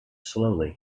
slowly